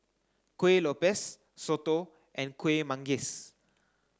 Kuih Lopes Soto and Kueh Manggis